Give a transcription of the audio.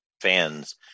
fans